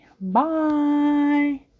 Bye